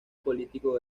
político